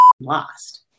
lost